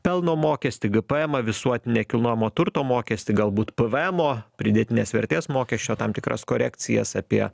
pelno mokestį gėpėemą visuotinį nekilnojamo turto mokestį galbūt pvėmo pridėtinės vertės mokesčio tam tikras korekcijas apie